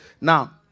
now